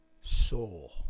soul